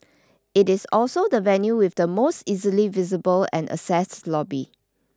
it is also the venue with the most easily visible and access lobby